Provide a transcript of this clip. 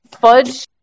Fudge